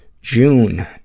June